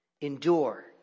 Endure